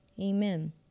Amen